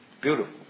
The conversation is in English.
Beautiful